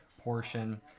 portion